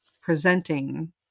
presenting